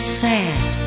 sad